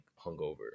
hungover